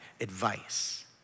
advice